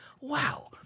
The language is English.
Wow